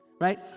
right